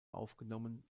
aufgenommen